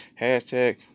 Hashtag